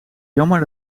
jammer